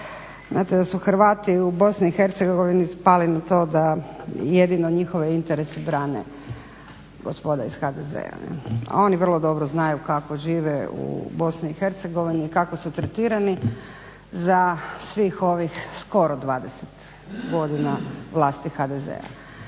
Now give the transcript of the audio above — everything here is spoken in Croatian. HNS-u da su Hrvati u BiH spali na to da jedino njihove interese brane gospoda iz HDZ-a. Oni vrlo dobro znaju kako žive u BiH, kako su tretirani za svih ovih skoro 20 godina vlasti HDZ-a.